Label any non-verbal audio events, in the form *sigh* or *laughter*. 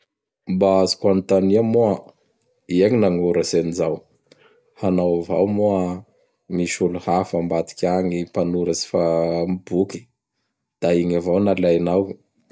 *noise* Mba azoko agnotania moa ia gny nanoratsy an'izao? *noise* Hanao avao moa? misy olo hafa ambadiky agny mpanoratsy fa am boky da igny avao nalainao? *noise*